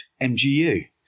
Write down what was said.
MGU